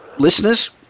listeners